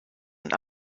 und